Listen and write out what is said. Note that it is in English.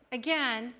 again